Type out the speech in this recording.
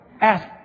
ask